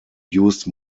used